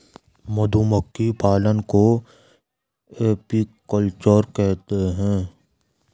मधुमक्खी पालन को एपीकल्चर कहते है